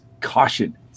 caution